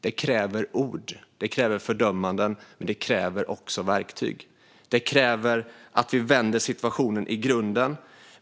Det kräver ord, och det kräver fördömanden. Men det kräver också verktyg. Det kräver att vi vänder situationen i grunden.